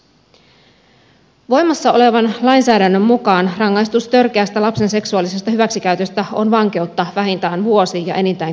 voimassa olevan lainsäädännön mukaan rangaistus törkeästä lapsen seksuaalisesta hyväksikäytöstä on vankeutta vähintään vuosi ja enintään kymmenen vuotta